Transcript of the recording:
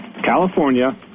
California